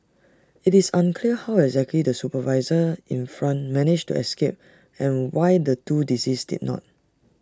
IT is unclear how exactly the supervisor in front managed to escape and why the two deceased did not